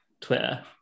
Twitter